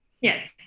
Yes